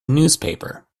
newspaper